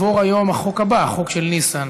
יעבור היום החוק הבא, החוק של ניסן,